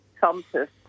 compass